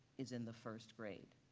is in the first grade.